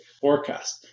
forecast